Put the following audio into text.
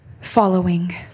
following